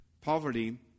Poverty